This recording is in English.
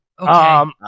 Okay